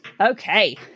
Okay